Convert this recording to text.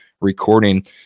recording